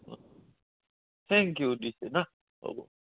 thank you দিছে না হ'ব